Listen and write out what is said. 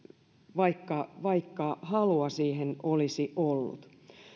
vaikka vaikka halua siihen olisi ollut